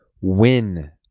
win